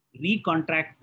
recontract